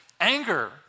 anger